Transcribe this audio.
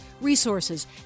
resources